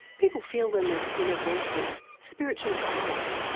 people feel them as inner voices, spiritual guides,